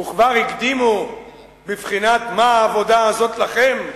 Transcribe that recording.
וכבר הקדימו בבחינת "מה העבודה הזאת לכם?"